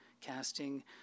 casting